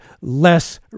less